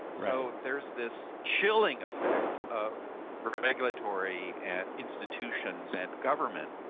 so there's this chilling effect of regulatory and institutions and government